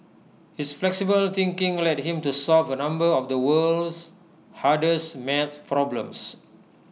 his flexible thinking led him to solve A number of the world's hardest math problems